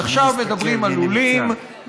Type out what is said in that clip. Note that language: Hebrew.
עכשיו מדברים על לולים,